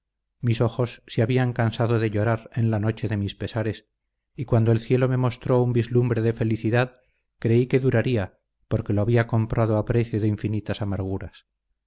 mis ojos se habían cansado de llorar en la noche de mis pesares y cuando el cielo me mostró un vislumbre de felicidad creí que duraría porque lo había comprado a precio de infinitas amarguras